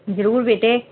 ਜ਼ਰੂਰ ਬੇਟੇ